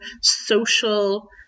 social